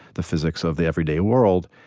the physics of the everyday world,